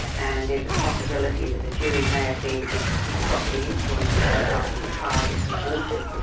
and there's a possibility that the jury may have been improperly influenced by something, the trial gets aborted.